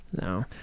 No